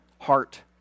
heart